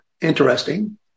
interesting